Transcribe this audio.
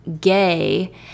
gay